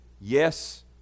yes